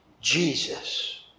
Jesus